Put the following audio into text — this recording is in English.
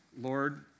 Lord